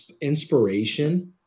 inspiration